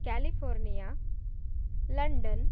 California London